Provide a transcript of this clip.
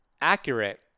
accurate